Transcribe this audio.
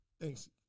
Thanks